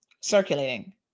circulating